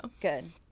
Good